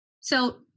So-